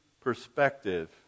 perspective